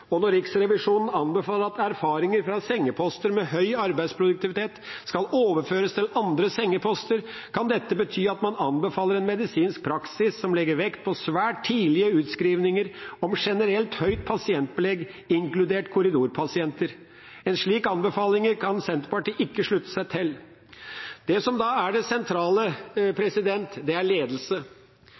Og når Riksrevisjonen anbefaler at erfaringer fra sengeposter med høy arbeidsproduktivitet skal overføres til andre sengeposter, kan dette bety at man anbefaler en medisinsk praksis som legger vekt på svært tidlige utskrivninger og generelt høyt pasientbelegg, inkludert korridorpasienter. En slik anbefaling kan Senterpartiet ikke slutte seg til. Det som da er det sentrale, er ledelse. Senterpartiet slutter seg til at god ledelse,